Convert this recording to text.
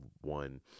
one